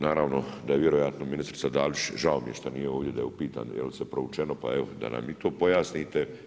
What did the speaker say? Naravno da je vjerojatno ministrica Dalić, žao mi je šta nije ovdje da je upitam jel sve proučeno pa evo da nam i to pojasnite.